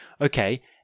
Okay